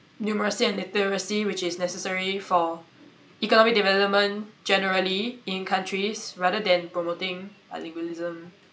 numeracy and literacy which is necessary for economic development generally in countries rather than promoting bilingualism